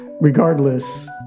regardless